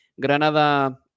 Granada